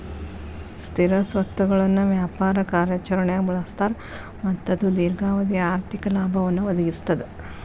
ಸ್ಥಿರ ಸ್ವತ್ತುಗಳನ್ನ ವ್ಯಾಪಾರ ಕಾರ್ಯಾಚರಣ್ಯಾಗ್ ಬಳಸ್ತಾರ ಮತ್ತ ಅದು ದೇರ್ಘಾವಧಿ ಆರ್ಥಿಕ ಲಾಭವನ್ನ ಒದಗಿಸ್ತದ